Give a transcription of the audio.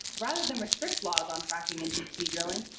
rather than restrict laws on fracking and deep sea drilling,